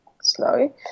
slow